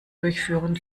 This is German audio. durchführen